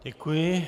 Děkuji.